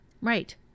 Right